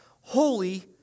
holy